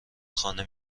خانه